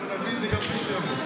אנחנו נביא את זה גם בלי שהוא יבוא.